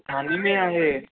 थाने में आहे